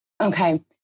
Okay